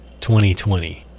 2020